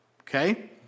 Okay